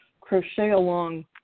crochet-along